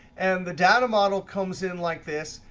and the data model comes in like this,